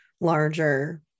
larger